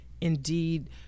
indeed